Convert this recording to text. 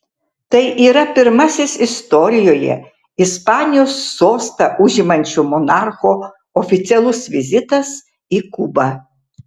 tai yra pirmasis istorijoje ispanijos sostą užimančio monarcho oficialus vizitas į kubą